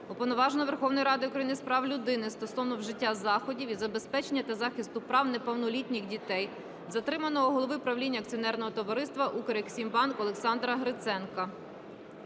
Уповноваженого Верховної Ради України з прав людини стосовно вжиття заходів із забезпечення та захисту прав неповнолітніх дітей затриманого голови правління акціонерного товариства "Укрексімбанк" Олександра Гриценка.